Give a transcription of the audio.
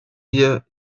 wir